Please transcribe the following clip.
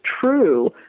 true